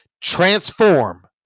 transform